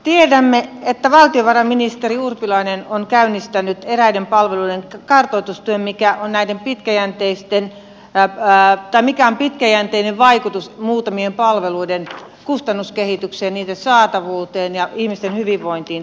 tiedämme että valtiovarainministeri urpilainen on käynnistänyt eräiden palveluiden kartoitustyön mikä on näiden pitkäjänteisten päättää siitä mikä on pitkäjänteinen vaikutus muutamien palveluiden kustannuskehitykseen niiden saatavuuteen ja ihmisten hyvinvointiin